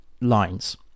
lines